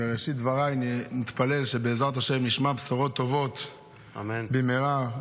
בראשית דבריי אני מתפלל שבעזרת השם נשמע בשורות טובות במהרה -- אמן.